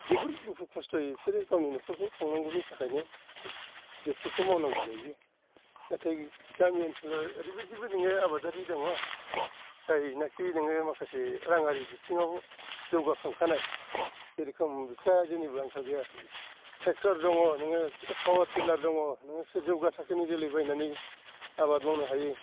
जोबोर दुखु खस्थ'यै बिसोरो गावनि न'खरखौ खांनांगौनि थाखायनो बेफोरखौ मावनांगौ जायैयो नाथाय गामि ओनसोलना ओरैबादिबो नोङो आबादारिबो दङ जायनाखि नोङो माखासे राङारि बिथिङाव जौगा खांखानाय जेरेखम बिस्रा जेनिबो आंखाल गैया ट्रेख्टर दङ नोङो पावार ट्रिलार दङ नोङो बिसोर जौगा थाखोनि जोलै बायनानै आबाद मावनो हायो